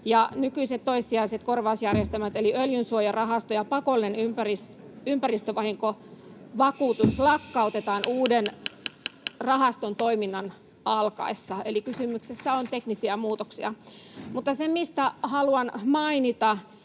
Nykyiset toissijaiset korvausjärjestelmät eli Öljysuojarahasto ja pakollinen ympäristövahinkovakuutus lakkautetaan uuden rahaston toiminnan alkaessa. Eli kysymyksessä on teknisiä muutoksia. Mutta